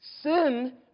Sin